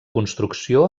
construcció